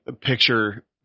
picture